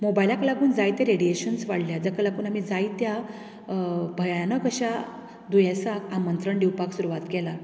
मोबायलाक लागून जायतें रेडियेशन्स वाडल्यांत जाका लागून आमी जायत्या भयानक अश्या दुयेसाक आमंत्रण दिवपाक सुरवात केलां